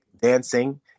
dancing